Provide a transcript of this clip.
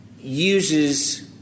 uses